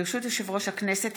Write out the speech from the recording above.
ברשות יושב-ראש הכנסת,